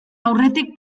aurretik